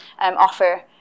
offer